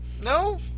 No